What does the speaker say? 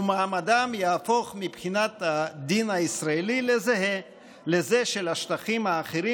ומעמדם יהפוך מבחינת הדין הישראלי לזהה לזה של השטחים האחרים